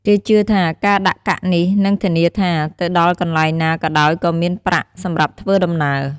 គេជឿថា ការដាក់កាក់នេះនឹថធានាថា ទៅដល់កន្លែងណាក៏ដោយក៏មានប្រាក់សម្រាប់ធ្វើដំណើរ។